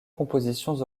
compositions